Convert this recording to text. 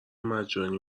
مجانی